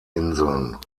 inseln